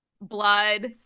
Blood